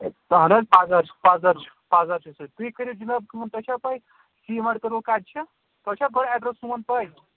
اہن حظ پَزَر چھُ پَزَر چھُ پَزَر چھُ تُہۍ کٔرِو جناب کٲم تۄہہِ چھو پاے سیمٹکدل کتہ چھ تۄہہِ چھو پاے ایٚڈرس سون پاے